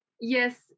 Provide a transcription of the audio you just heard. Yes